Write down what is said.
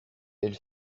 elle